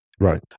right